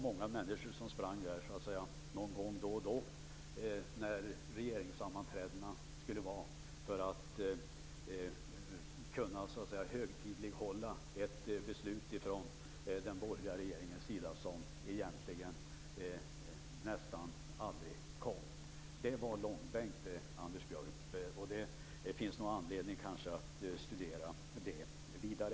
Många människor sprang dit någon gång då och då när regeringssammanträdena skulle äga rum för att kunna högtidlighålla ett beslut från den borgerliga regeringens sida, som nästan aldrig kom. Det var en långbänk, Anders Björck, och det finns nog anledning att studera detta vidare.